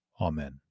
Amen